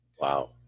Wow